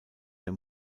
der